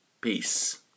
Peace